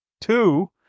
Two